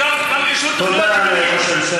אבל גם אישור תוכניות, תודה, ראש הממשלה.